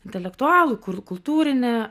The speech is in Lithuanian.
intelektualų kur kultūrinė